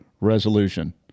resolution